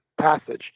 passage